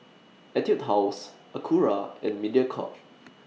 Etude House Acura and Mediacorp